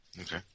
Okay